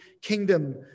kingdom